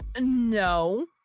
no